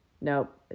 Nope